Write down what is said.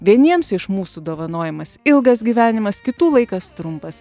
vieniems iš mūsų dovanojamas ilgas gyvenimas kitų laikas trumpas